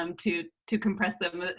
um to to compress them, ah